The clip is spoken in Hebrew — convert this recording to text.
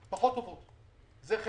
צריך להתאים את ניהול הקהל לתשתיות.